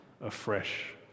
afresh